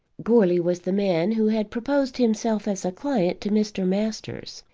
goarly was the man who had proposed himself as a client to mr. masters,